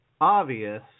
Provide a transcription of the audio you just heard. obvious